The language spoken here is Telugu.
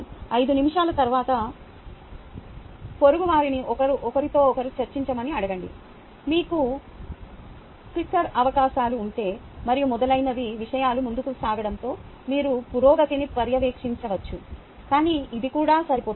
5 నిమిషాల తరువాత పొరుగువారిని ఒకరితో ఒకరు చర్చించమని అడగండి మీకు క్లిక్కర్ అవకాశాలు ఉంటే మరియు మొదలైనవి విషయాలు ముందుకు సాగడంతో మీరు పురోగతిని పర్యవేక్షించవచ్చు కానీ ఇది కూడా సరిపోతుంది